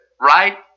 Right